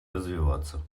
развиваться